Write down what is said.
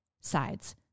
sides